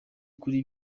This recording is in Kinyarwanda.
kuri